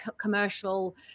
commercial